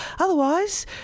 Otherwise